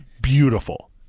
beautiful